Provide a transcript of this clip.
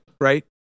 right